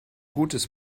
gutes